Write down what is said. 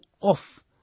off